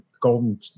Golden